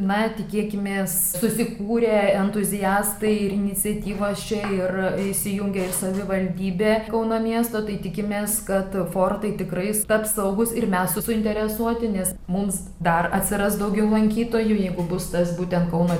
na tikėkimės susikūrė entuziastai ir iniciatyvos čia ir įsijungia ir savivaldybė kauno miesto tai tikimės kad fortai tikrai taps saugus ir mes suinteresuoti nes mums dar atsiras daugiau lankytojų jeigu bus tas būtent kauno